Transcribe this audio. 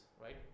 right